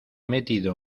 metido